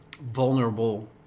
vulnerable